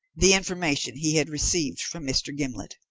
the information he had received from mr. gimblet.